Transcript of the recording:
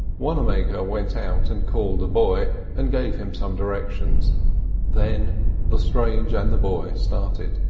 wannamaker went out and called a boy and gave him some directions then lestrange and the boy started.